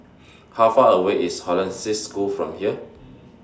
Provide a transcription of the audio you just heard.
How Far away IS Hollandse School from here